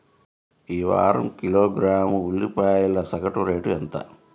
ఈ వారం కిలోగ్రాము ఉల్లిపాయల సగటు ధర ఎంత?